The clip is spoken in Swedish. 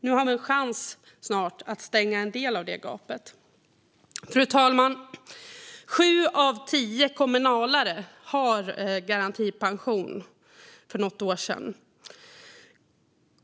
Nu har vi snart en chans att stänga en del av det gapet. Fru talman! Sju av tio kommunalare hade för något år sedan garantipension.